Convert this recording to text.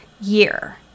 year